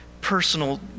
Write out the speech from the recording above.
personal